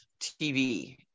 TV